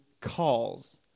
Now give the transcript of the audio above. calls